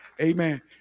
Amen